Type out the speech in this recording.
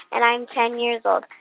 and i'm ten years old.